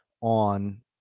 on